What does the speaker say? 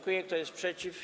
Kto jest przeciw?